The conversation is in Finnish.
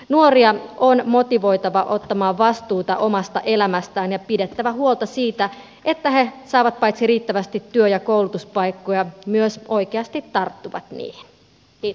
nuoria on motivoitava ottamaan vastuuta omasta elämästään ja on pidettävä huolta siitä että paitsi että he saavat riittävästi työ ja koulutuspaikkoja he myös oikeasti tarttuvat niihin